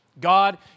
God